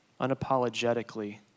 Unapologetically